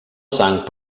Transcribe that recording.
sang